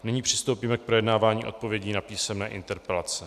Nyní přistoupíme k projednávání odpovědí na písemné interpelace.